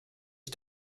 ich